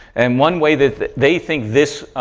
and one way that they think this